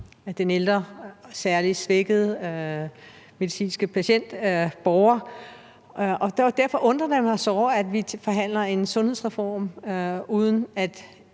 den ældre, særlig svækkede medicinske patient, borger, og derfor undrer det mig såre, at vi forhandler en sundhedsreform, uden at